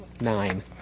nine